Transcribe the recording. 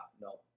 No